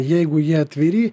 jeigu jie atviri